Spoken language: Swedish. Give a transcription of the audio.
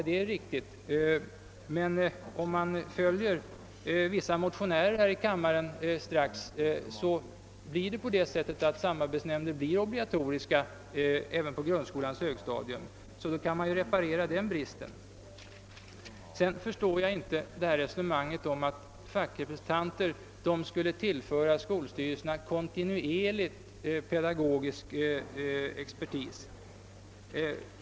Det är riktigt, men om man följer förslag av vissa motionärer här i kammaren blir det på det sättet, att samarbetsnämnder blir obligatoriska även på grundskolans högstadium och då kan man ju reparera den bristen. Jag förstår inte resonemanget om att fackrepresentanter skulle tillföra skolstyrelserna kontinuerlig pedagogisk expertis.